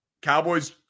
Cowboys